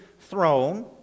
throne